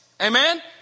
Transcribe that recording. Amen